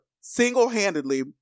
single-handedly